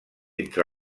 entre